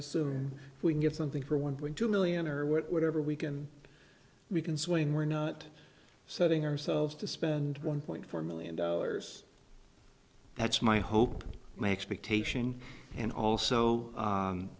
assume we can get something for one point two million or whatever we can we can swing we're not setting ourselves to spend one point four million dollars that's my hope and my expectation and also